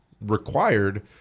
required